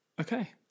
Okay